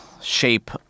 shape